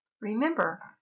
Remember